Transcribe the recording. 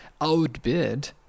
outbid